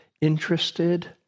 Interested